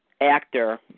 actor